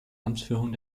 amtsführung